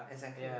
exactly